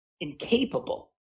incapable